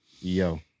Yo